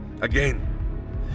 Again